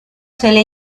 suele